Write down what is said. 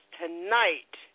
tonight